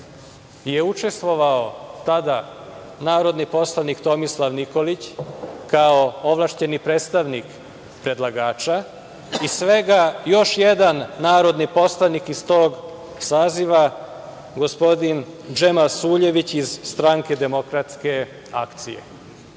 je učestvovao tada narodni poslanik Tomislav Nikolić kao ovlašćeni predstavnik predlagača i svega još jedan narodni poslanik iz tog saziva gospodin Džemail Suljević iz Stranke demokratske akcije.